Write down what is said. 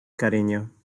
cariño